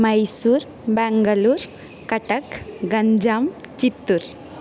Mysore Bengaluru Cuttack Ganjam Chittoor